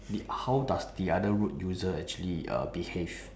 the how does the other road user actually uh behave